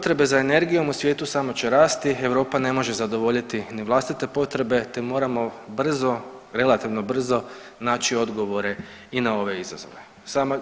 Potrebe za energijom u svijetu samo će rasti, Europa ne može zadovoljiti ni vlastite potrebe te moramo brzo, relativno brzo naći odgovore i na ove izazove.